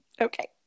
Okay